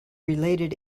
related